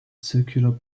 circular